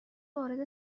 وارد